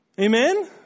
Amen